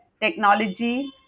technology